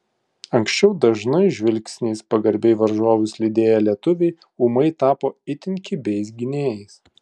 anksčiau dažnai žvilgsniais pagarbiai varžovus lydėję lietuviai ūmai tapo itin kibiais gynėjais